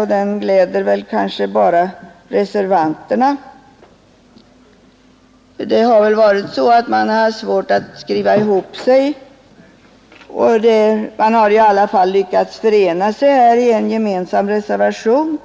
och den gläder bara reservanterna; det har väl varit så att man har haft svårt att skriva ihop sig. men på detta sätt lyckats förena sig i en gemensam reservation.